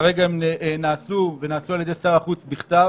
כרגע הם נעשו ונעשו על ידי שר החוץ בכתב.